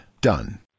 done